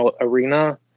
arena